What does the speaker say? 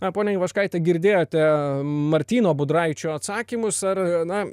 na ponia ivaškaitė girdėjote martyno budraičio atsakymus ar na